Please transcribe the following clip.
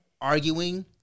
arguing